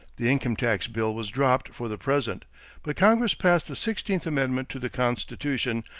the income tax bill was dropped for the present but congress passed the sixteenth amendment to the constitution,